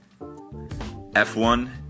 F1